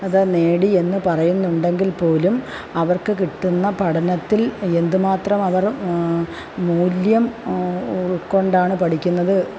അത് നേടിയെന്ന് പറയുന്നുണ്ടെങ്കില്പ്പോലും അവര്ക്ക് കിട്ടുന്ന പഠനത്തില് എന്തുമാത്ര അവര് മൂല്യം ഉള്ക്കൊണ്ടാണ് പഠിക്കുന്നത്